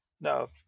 No